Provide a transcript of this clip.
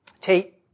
Tate